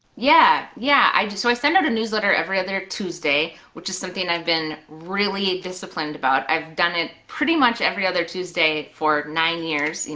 yeah, yeah, so i send out a newsletter every other tuesday, which is something i've been really disciplined about, i've done it pretty much every other tuesday for nine years,